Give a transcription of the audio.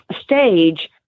stage